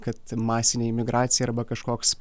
kad masinė imigracija arba kažkoks